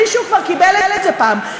מישהו כבר קיבל את זה פעם,